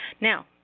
now